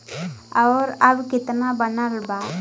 और अब कितना बनल बा?